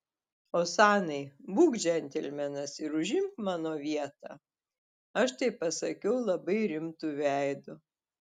osanai būk džentelmenas ir užimk mano vietą aš tai pasakiau labai rimtu veidu